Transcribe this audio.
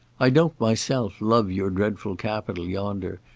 i don't myself love your dreadful capitol yonder,